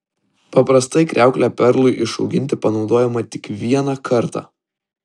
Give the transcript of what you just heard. paprastai kriauklė perlui išauginti panaudojama tik vieną kartą